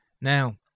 Now